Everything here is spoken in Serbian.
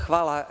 Hvala.